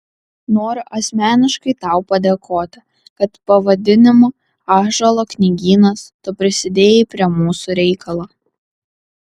noriu asmeniškai tau padėkoti kad pavadinimu ąžuolo knygynas tu prisidėjai prie mūsų reikalo